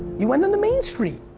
you went on to main street.